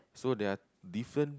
so there are different